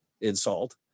insult